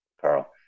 Carl